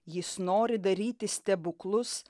jis nori daryti stebuklus